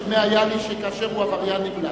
נדמה היה לי שאם הוא עבריין נמלט,